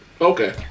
Okay